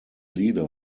leader